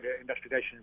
investigations